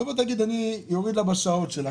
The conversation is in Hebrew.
תבוא ותגיד שאתה תוריד לה בשעות שלה,